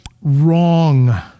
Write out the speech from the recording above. wrong